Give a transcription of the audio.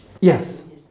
Yes